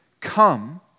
come